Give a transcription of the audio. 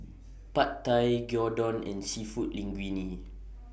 Pad Thai Gyudon and Seafood Linguine